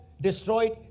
destroyed